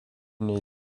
nei